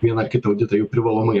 vieną ar kitą auditą jau privalomai